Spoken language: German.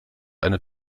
eine